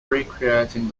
recreating